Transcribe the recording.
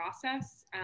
process